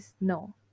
no